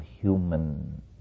human